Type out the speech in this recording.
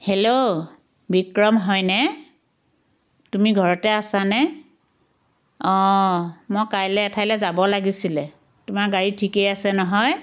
hello Bikram হয়নে তুমি ঘৰতে আছা নে অঁ মই কাইলৈ এঠাইলৈ যাব লাগিছিলে তোমাৰ গাড়ী ঠিকেই আছে নহয়